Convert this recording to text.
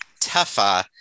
Tefa